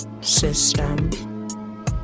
System